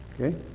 Okay